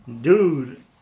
dude